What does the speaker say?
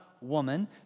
woman